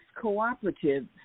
cooperative